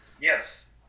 Yes